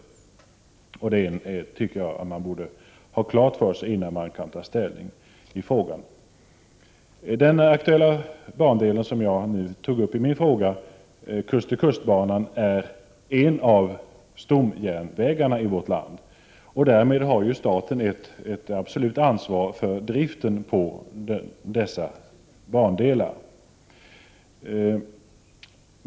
Sådant tycker jag att man borde ha klart för sig innan man tar ställning i frågan. Den aktuella bandel som jag berör i min fråga, kust-till-kust-banan, är en av stomjärnvägarna i vårt land. Därmed har staten ett ansvar för driften på bandelen.